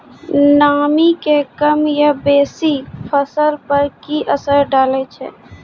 नामी के कम या बेसी फसल पर की असर डाले छै?